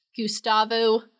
Gustavo